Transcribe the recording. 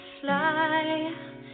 fly